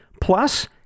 Plus